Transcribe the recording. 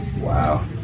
Wow